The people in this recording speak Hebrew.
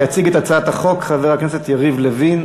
יציג את הצעת החוק חבר הכנסת יריב לוין.